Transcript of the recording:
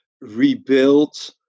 rebuilt